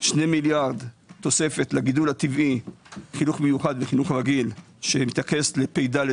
2 מיליארד תוספת לגידול הטבעי חינוך מיוחד לחינוך הרגיל שמתרכז לפ"ד,